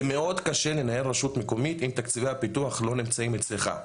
זה מאד קשה לנהל רשות מקומית אם תקציבי הפיתוח לא נמצאים אצלך.